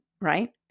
right